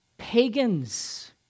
Pagans